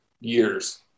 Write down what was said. years